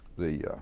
the